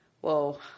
Whoa